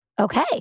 okay